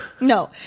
No